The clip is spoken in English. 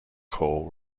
call